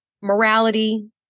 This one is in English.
morality